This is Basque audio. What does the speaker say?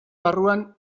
barruan